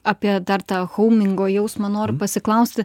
apie dar tą houmingo jausmą noriu pasiklausti